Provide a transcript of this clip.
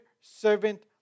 servant